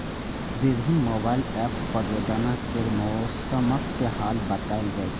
विभिन्न mobile app पर रोजाना केर मौसमक हाल बताएल जाए छै